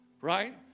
Right